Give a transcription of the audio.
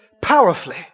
powerfully